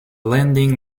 landing